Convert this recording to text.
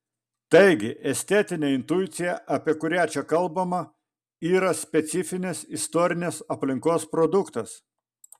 taigi estetinė intuicija apie kurią čia kalbama yra specifinės istorinės aplinkos produktas